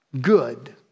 Good